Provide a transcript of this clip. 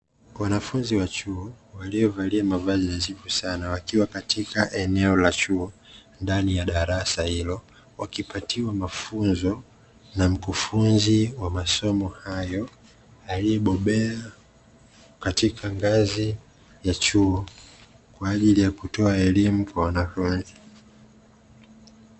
Wanafunzi walio valia mavazi nadhifu sana wakiwa katika eneo la chuo ndani ya darasa hilo. Wakipatiwa mafunzo na mkufunzi wa masomo hayo aliye bobea katika ngazi ya chuo kwa ajili ya kutoa elimu kwa wanafunzi.